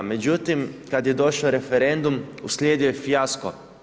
Međutim, kad je došao referendum, uslijedio je fijasko.